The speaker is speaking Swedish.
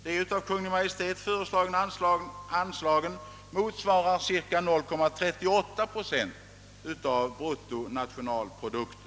De av Kungl. Maj:t föreslagna anslagen motsvarar cirka 0,38 procent av bruttonationalprodukten.